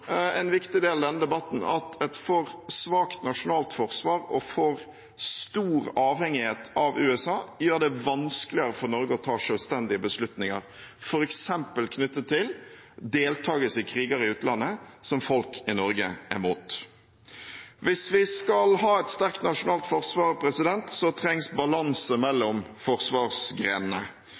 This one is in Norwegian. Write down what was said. en viktig del av denne debatten at et for svakt nasjonalt forsvar og en for stor avhengighet av USA gjør det vanskeligere for Norge å ta selvstendige beslutninger, f.eks. knyttet til deltakelse i kriger i utlandet, som folk i Norge er imot. Hvis vi skal ha et sterkt nasjonalt forsvar, trengs balanse mellom forsvarsgrenene.